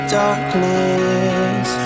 darkness